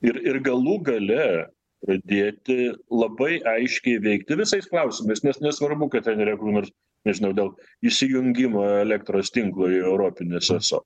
ir ir galų gale pradėti labai aiškiai veikti visais klausimais nes nesvarbu kad ten yra kur nors nežinau dėl įsijungimo į elektros tinklo į europinis eso